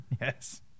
yes